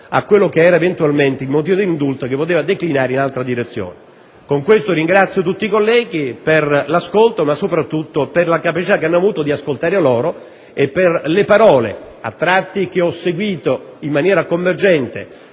a quello che era eventualmente il motivo di indulto che poteva declinare in altra direzione. Con questo ringrazio tutti i colleghi, soprattutto per la capacità che hanno avuto di ascoltare e per le parole, che a tratti ho seguito in maniera convergente,